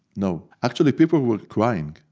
no. actually people were crying.